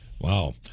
Wow